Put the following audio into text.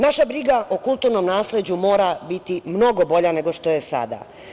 Naša briga o kulturnom nasleđu mora biti mnogo bolja nego što je sada.